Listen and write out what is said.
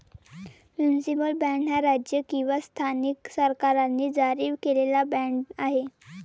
municipal bond हा राज्य किंवा स्थानिक सरकारांनी जारी केलेला बाँड आहे